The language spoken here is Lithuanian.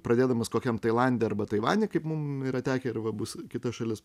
pradėdamas kokiam tailande arba taivane kaip mum yra tekę ir va bus kita šalis